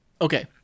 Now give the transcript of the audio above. Okay